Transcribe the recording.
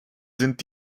sind